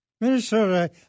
Minnesota